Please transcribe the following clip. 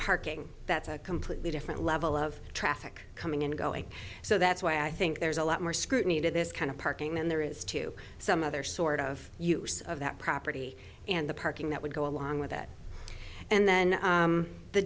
parking that's a completely different level of traffic coming and going so that's why i think there's a lot more scrutiny to this kind of parking and there is to some other sort of use of that property and the parking that would go along with it and then